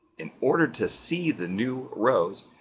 in order to see the new rows,